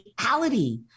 reality